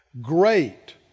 great